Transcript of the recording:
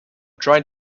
trying